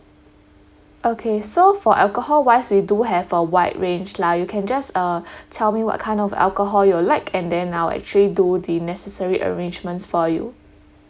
okay so for alcohol wise we do have a wide range lah you can just uh tell me what kind of alcohol you'll like and then I'll actually do the necessary arrangements for you